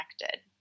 connected